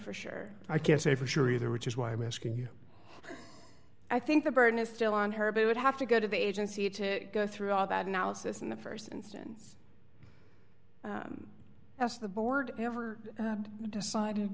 for sure i can't say for sure either which is why i'm asking you i think the burden is still on her but i would have to go to the agency to go through all that analysis in the st instance as the board ever decided